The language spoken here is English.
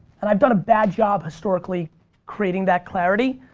and i've done a bad job historically creating that clarity.